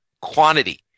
quantity